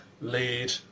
lead